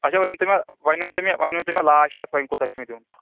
اچھا وۅنۍ ووٚن تُہۍ مےٚ وَنۍ ووٚن تۄہہِ مےٚ وۅنۍ ووٚن تُہۍ مےٚ لاسٹَس وۅنۍ کوٗتاہ چھُ مےٚ دیُن